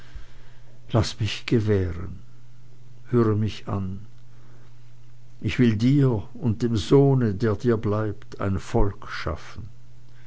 laß mich gewähren höre mich an ich will dir und dem sohne der dir bleibt ein volk schaffen